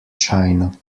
china